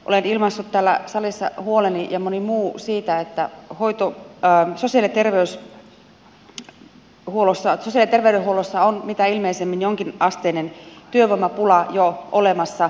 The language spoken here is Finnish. olen ilmaissut täällä salissa huoleni ja moni muu siitä että sosiaali ja terveydenhuollossa on mitä ilmeisimmin jonkinasteinen työvoimapula jo olemassa